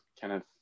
Kenneth